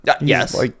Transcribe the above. Yes